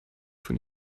von